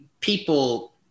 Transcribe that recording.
people